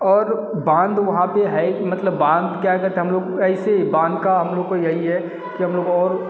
और बाँध वहाँ पर है मतलब बाँध क्या करते हम लोग ऐसे ही बाँध का हम लोग का यही है कि हम लोग और